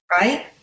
right